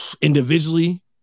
individually